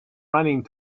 running